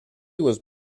was